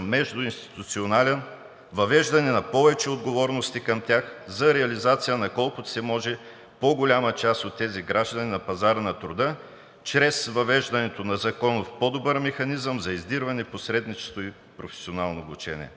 междуинституционален механизъм, въвеждане на повече отговорности към тях за реализация на колкото се може по-голяма част от тези граждани на пазара на труда чрез въвеждането на законов по-добър механизъм за издирване, посредничество и професионално обучение.